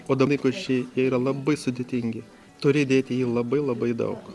o laikrodžiai yra labai sudėtingi turi įdėti į jį labai labai daug